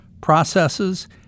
processes